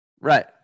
Right